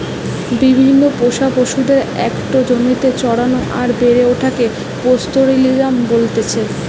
বিভিন্ন পোষা পশুদের একটো জমিতে চরানো আর বেড়ে ওঠাকে পাস্তোরেলিজম বলতেছে